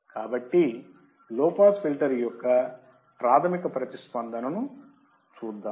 కాబట్టి low pass filter యొక్క ప్రాథమిక ప్రతిస్పందనను చూద్దాం